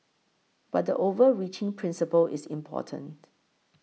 but the overreaching principle is important